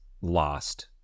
lost